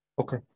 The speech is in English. okay